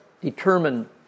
determine